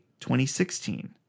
2016